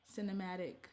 cinematic